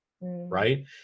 right